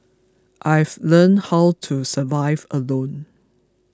I've learnt how to survive alone